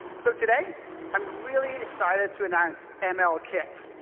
so, today i'm really excited to announce ml kit,